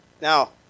Now